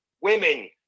women